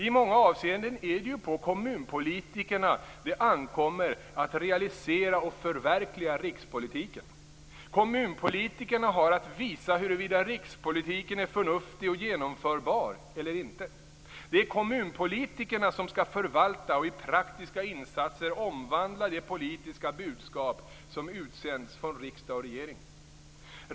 I många avseenden är det ju på kommunpolitikerna det ankommer att realisera rikspolitiken. Kommunpolitikerna har att visa huruvida rikspolitiken är förnuftig och genomförbar eller inte. Det är kommunpolitikerna som skall förvalta och i praktiska insatser omvandla det politiska budskap som utsänds från riksdag och regering.